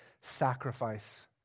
sacrifice